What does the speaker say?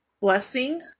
blessing